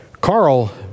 Carl